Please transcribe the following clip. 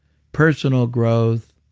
personal growth,